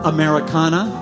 Americana